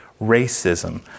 racism